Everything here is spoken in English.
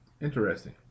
Interesting